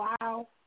Wow